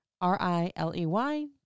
R-I-L-E-Y